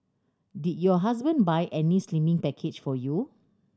did your husband buy any slimming package for you